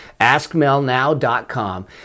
AskMelNow.com